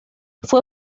fue